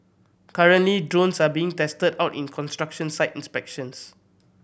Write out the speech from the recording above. currently drones are being tested out in construction site inspections